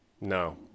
No